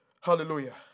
Hallelujah